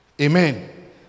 Amen